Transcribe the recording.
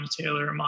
Taylor